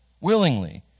willingly